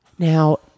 Now